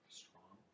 strong